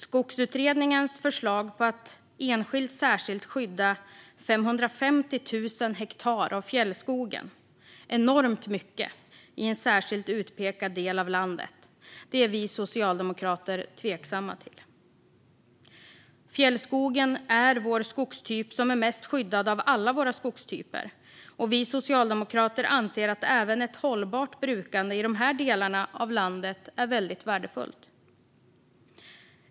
Skogsutredningens förslag är att enskilt särskilt skydda 550 000 hektar av fjällskogen. Det är enormt mycket i en särskilt utpekad del av landet, och det är vi socialdemokrater tveksamma till. Fjällskogen är den skogstyp som är mest skyddad av alla våra skogstyper, och vi socialdemokrater anser att även ett hållbart brukande i de här delarna av landet är värdefullt.